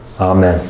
Amen